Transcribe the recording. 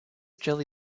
jelly